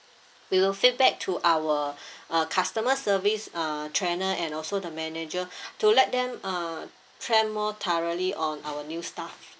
we will feedback to our uh customer service uh trainer and also the manager to let them uh train more thoroughly on our new staff